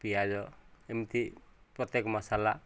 ପିଆଜ ଏମିତି ପ୍ରତ୍ୟେକ ମସଲା